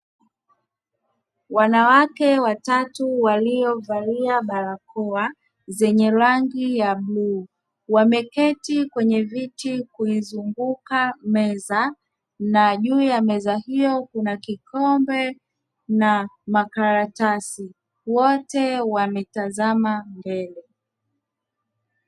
Wanawake watatu waliovalia barakaoa zenye rangi ya bluu, wameketi kwenye viti kuizunguka meza na juu ya meza hiyo kuna kikombe na makaratasi, wote wametazama mbele.